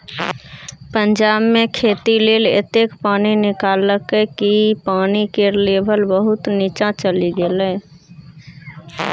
पंजाब मे खेती लेल एतेक पानि निकाललकै कि पानि केर लेभल बहुत नीच्चाँ चलि गेलै